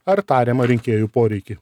ar tariamą rinkėjų poreikį